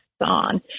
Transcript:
on